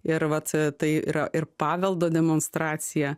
ir vat e tai yra ir paveldo demonstracija